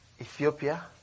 Ethiopia